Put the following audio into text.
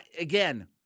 again